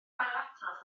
ailadrodd